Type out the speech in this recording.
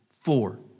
Four